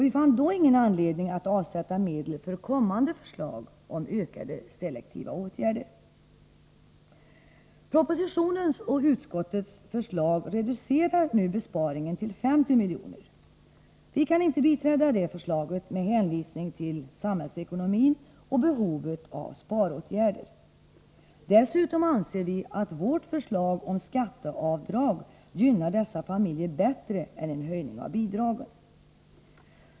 Vi fann då ingen anledning att avsätta medel för kommande förslag om ökade selektiva åtgärder. Propositionens och utskottets förslag reducerar nu besparingen till 50 miljoner. Vi kan inte biträda det förslaget, med hänvisning till samhällsekonomin och behovet av sparåtgärder. Dessutom anser vi att vårt förslag om skatteavdrag gynnar dessa familjer bättre än en höjning av bidragen.